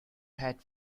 head